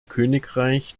königreich